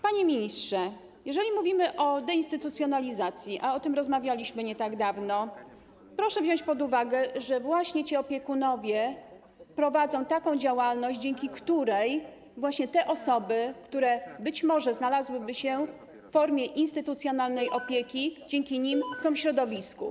Panie ministrze, jeżeli mówimy o deinstytucjonalizacji, a o tym rozmawialiśmy nie tak dawno, proszę wziąć pod uwagę, że właśnie ci opiekunowie prowadzą taką działalność, dzięki której te osoby, które być może znalazłyby się w formie instytucjonalnej opieki, są w środowisku.